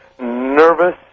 nervous